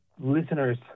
listeners